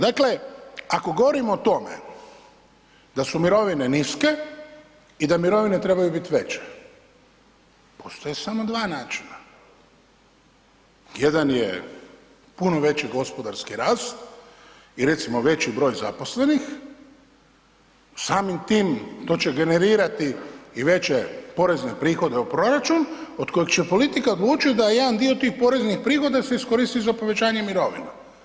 Dakle ako govorimo o tome da su mirovine niske i da mirovne trebaju biti veće, postoje samo dva načina, jedan je puno veći gospodarski rast i recimo veći broj zaposlenih, samim tim to će generirati i veće porezne prihode u proračun od kojeg će politika odlučiti da jedan dio tih poreznih prihoda se iskoristi za povećanje mirovina.